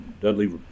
Dudley